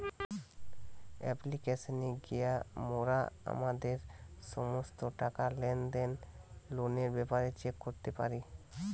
অ্যাপ্লিকেশানে গিয়া মোরা আমাদের সমস্ত টাকা, লেনদেন, লোনের ব্যাপারে চেক করতে পারি